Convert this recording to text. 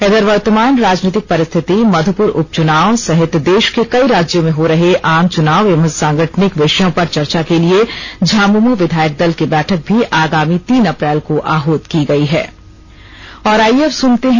इधर वर्तमान राजनीतिक परिस्थिति मधुपुर उपचुनाव सहित देश के कई राज्यों में हो रहे आम चुनाव एवं सांगठनिक विषयों पर चर्चा के लिये झामुमो विधायक दल की बैठक भी आगामी तीन अप्रैल को आहूत की गयी है